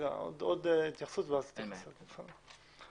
לעניין סעיף 3ח(ב)(1),